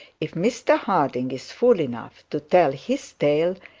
if mr harding is fool enough to tell his tale,